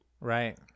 right